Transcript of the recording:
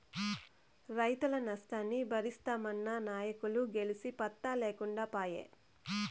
రైతుల నష్టాన్ని బరిస్తామన్న నాయకులు గెలిసి పత్తా లేకుండా పాయే